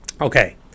Okay